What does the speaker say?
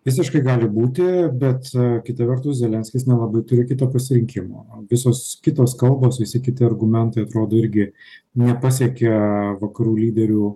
visiškai gali būti bet kita vertus zelenskis nelabai turi kito pasirinkimo visos kitos kalbos visi kiti argumentai atrodo irgi nepasiekia vakarų lyderių